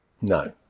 No